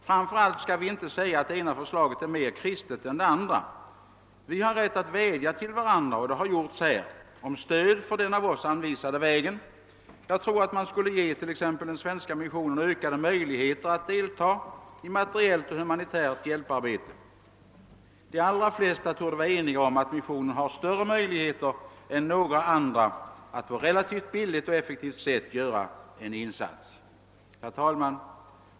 Framför allt bör vi inte säga att det ena förslaget är mer kristet än det andra. Vi har rätt att vädja till varandra — och det har gjorts här — om stöd för den av oss anvisade vägen. Jag tror att man borde ge exempelvis den svenska missionen ökade möjligheter att delta i materiellt och humanitärt hjälparbete. De flesta torde vara eniga om att missionen har större möjligheter än andra att på ett relativt billigt och effektivt sätt göra en insats. Herr talman!